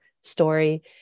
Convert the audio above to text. story